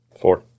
Four